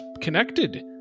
connected